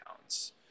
pounds